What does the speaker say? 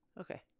Okay